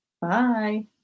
Bye